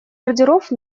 ордеров